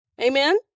Amen